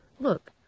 Look